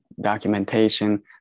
documentation